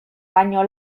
baino